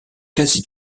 quasi